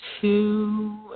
two